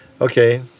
Okay